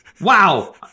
Wow